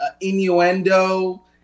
innuendo